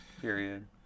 period